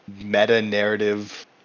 meta-narrative